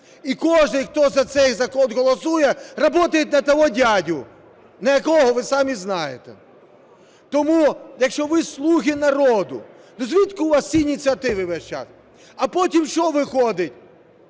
І кожний, хто за це й закон голосує, работает "на того дядю", на якого – ви самі знаєте. Тому, якщо ви – "слуги народу", то звідки у вас ці ініціативи весь час? А потім що виходить?